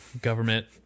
Government